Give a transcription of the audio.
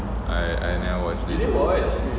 I I never watch this